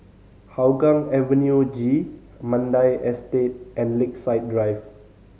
Hougang Avenue G Mandai Estate and Lakeside Drive